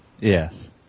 Yes